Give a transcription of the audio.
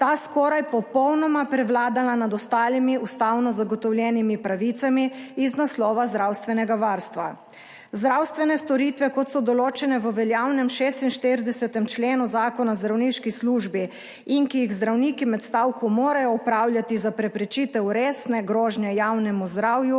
ta skoraj popolnoma prevladala nad ostalimi ustavno zagotovljenimi pravicami iz naslova zdravstvenega varstva. Zdravstvene storitve, kot so določene v veljavnem 46. členu Zakona o zdravniški službi in ki jih zdravniki med stavko morajo opravljati za preprečitev resne grožnje javnemu zdravju,